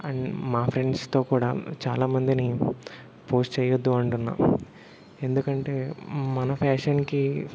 and మా ఫ్రెండ్స్తో కూడా చాలామందిని పోస్ట్ చేయొద్దు అంటున్నా ఎందుకంటే మన ఫ్యాషన్కి